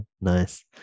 Nice